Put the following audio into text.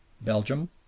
Belgium